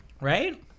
Right